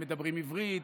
הם מדברים עברית?